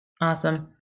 Awesome